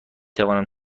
توانم